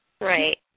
Right